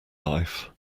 life